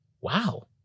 Wow